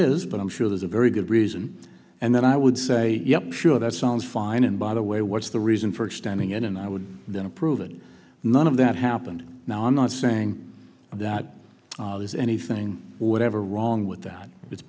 is but i'm sure there's a very good reason and then i would say yeah sure that sounds fine and by the way what's the reason for extending it and i would then approve it none of that happened now i'm not saying that there's anything whatever wrong with that it's